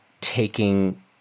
taking